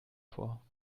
vor